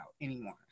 anymore